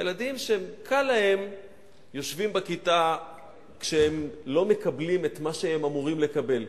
והילדים שקל להם יושבים בכיתה ולא מקבלים את מה שהם אמורים לקבל.